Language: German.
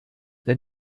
der